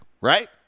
right